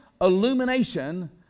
illumination